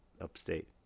upstate